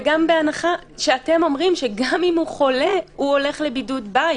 וגם בהנחה שאתם אומרים שגם אם הוא חולה הוא הולך לבידוד בית,